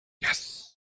Yes